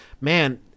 Man